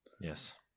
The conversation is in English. Yes